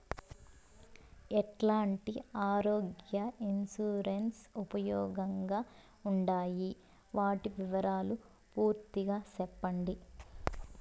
ఎట్లాంటి ఆరోగ్య ఇన్సూరెన్సు ఉపయోగం గా ఉండాయి వాటి వివరాలు పూర్తిగా సెప్పండి?